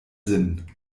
sinn